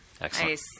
Excellent